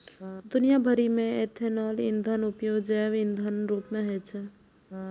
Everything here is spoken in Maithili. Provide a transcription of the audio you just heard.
दुनिया भरि मे इथेनॉल ईंधनक उपयोग जैव ईंधनक रूप मे होइ छै